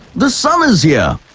the sun is yeah